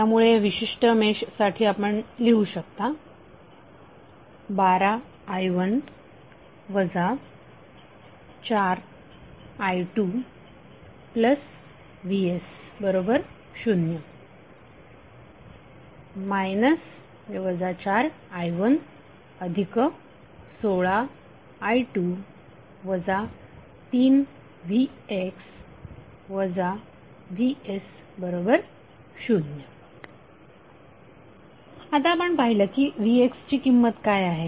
त्यामुळे ह्या विशिष्ट मेशसाठी आपण लिहू शकता 12i1 4i2vs0 4i116i2 3vx vs0 आता आपण पाहिलं की vx ची किंमत काय आहे